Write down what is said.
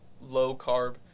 low-carb